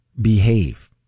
behave